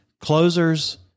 closers